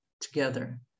together